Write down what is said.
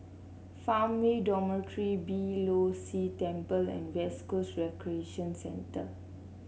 Farmway Dormitory Beeh Low See Temple and West Coast Recreation Centre